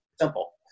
simple